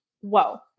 whoa